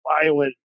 violent